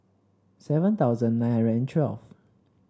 seven thousand nine hundred and twelve